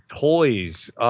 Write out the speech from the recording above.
toys